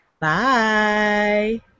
Bye